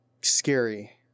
scary